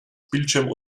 bildschirm